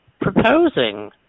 proposing